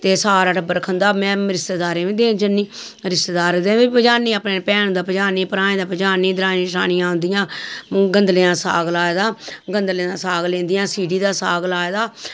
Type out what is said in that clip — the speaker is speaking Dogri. ते सारा टब्बर खंदां में रिश्तेदारें बी देन जन्नी रिश्तेदारें दे बी पजान्नी अपनी भैनैं दे पजानी भ्राएं दे पजान्नी दरानियां जठानियां आंदियां गंदलें दा साग लाए दा गंदलें दा साग लेई जंदियां सरीड़ी दी साग लाए दा